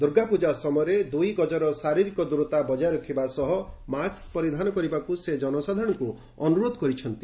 ଦୁର୍ଗାପୂଜା ସମୟରେ ଦୁଇ ଗଜର ଶାରୀରିକ ଦୂରତା ବଜାୟ ରଖିବା ସହ ମାସ୍କ୍ ପରିଧାନ କରିବାକୁ ସେ ଜନସାଧାରଣଙ୍କୁ ଅନୁରୋଧ କରିଛନ୍ତି